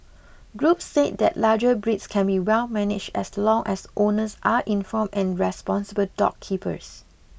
groups said that larger breeds can be well managed as long as owners are informed and responsible dog keepers